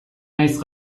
nahiz